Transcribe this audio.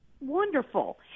Wonderful